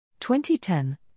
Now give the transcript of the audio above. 2010